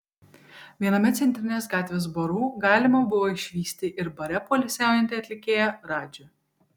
viename centrinės gatvės barų galima buvo išvysti ir bare poilsiaujantį atlikėją radžį